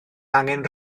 angen